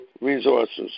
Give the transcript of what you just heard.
resources